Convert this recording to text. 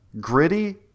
Gritty